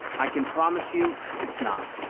i can promise you it's not.